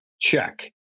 check